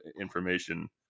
information